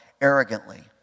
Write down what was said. arrogantly